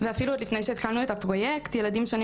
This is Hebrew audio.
אפילו עוד לפני שהתחלנו את הפרויקט ילדים שונים